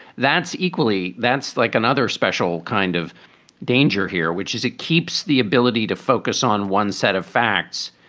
that's equally. that's like another special kind of danger here, which is it keeps the ability to focus on one set of facts.